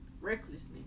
recklessness